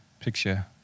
picture